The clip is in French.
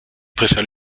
préfères